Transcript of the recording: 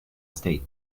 state